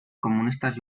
comunistas